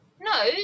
no